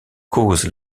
causent